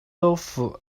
州府